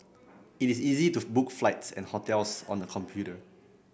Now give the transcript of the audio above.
it is easy to book flights and hotels on the computer